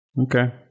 Okay